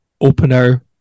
opener